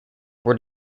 were